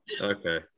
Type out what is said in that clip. Okay